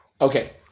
Okay